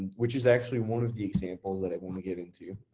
which is actually one of the examples that i wanna get into.